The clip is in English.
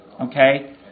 Okay